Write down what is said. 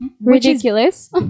ridiculous